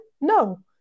No